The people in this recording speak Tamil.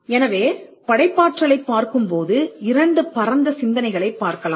எனவே படைப்பாற்றலைப் பார்க்கும்போது இரண்டு பரந்த சிந்தனைகளைப் பார்க்கலாம்